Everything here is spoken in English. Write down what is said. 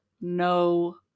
no